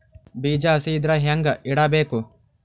ಬೀಜ ಹಸಿ ಇದ್ರ ಹ್ಯಾಂಗ್ ಇಡಬೇಕು?